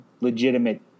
legitimate